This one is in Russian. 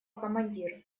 командир